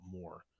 more